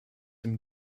dem